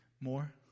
more